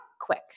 quick